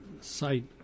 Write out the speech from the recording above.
site